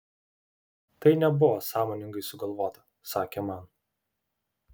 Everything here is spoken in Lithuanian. tai nebuvo sąmoningai sugalvota sakė man